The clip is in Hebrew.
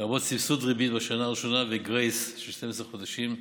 לרבות סבסוד ריבית בשנה הראשונה וגרייס של 12 חודשים,